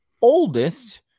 oldest